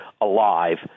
alive